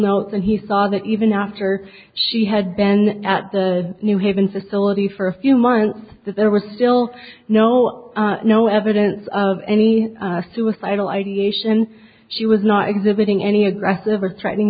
notes and he saw that even after she had been at the new haven facility for a few months that there was still no no evidence of any suicidal ideation she was not exhibiting any aggressive or threatening